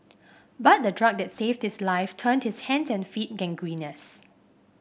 but the drug that saved his life turned his hands and feet gangrenous